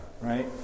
right